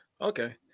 Okay